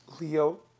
Leo